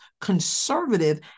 conservative